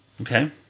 Okay